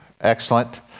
Excellent